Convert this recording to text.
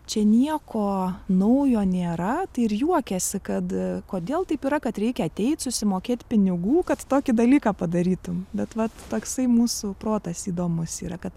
čia nieko naujo nėra tai ir juokiasi kad kodėl taip yra kad reikia ateit susimokėt pinigų kad tokį dalyką padarytum bet vat toksai mūsų protas įdomus yra kad